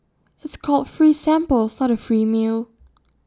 it's called free samples not A free meal